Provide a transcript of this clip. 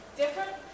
different